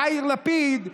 יאיר לפיד,